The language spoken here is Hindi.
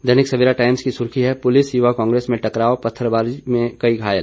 दैनिक सवेरा टाइम्स की सुर्खी है पुलिस युवा कांग्रेस में टकराव पत्थरबाजी में कई घायल